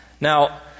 Now